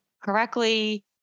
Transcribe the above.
correctly